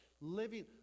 living